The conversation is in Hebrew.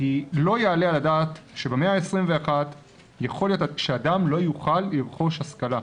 כי לא יעלה על הדעת שבמאה ה-21 אדם לא יוכל לרכוש השכלה.